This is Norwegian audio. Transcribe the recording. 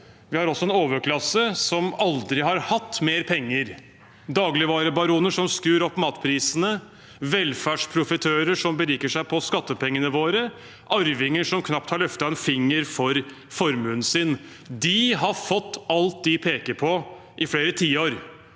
vi har også en overklasse som aldri har hatt mer penger. Det er dagligvarebaroner som skrur opp matprisene, velferdsprofitører som beriker seg på skattepengene våre, arvinger som knapt har løftet en finger for formuen sin. De har fått alt de peker på, i flere tiår.